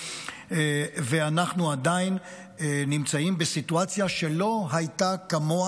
ואנחנו עדיין נמצאים בסיטואציה שלא הייתה כמוה